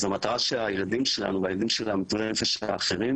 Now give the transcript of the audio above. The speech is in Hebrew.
אז המטרה שהילדים שלנו והילדים של מתמודדי הנפש האחרים